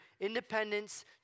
independence